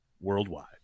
worldwide